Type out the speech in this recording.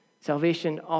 Salvation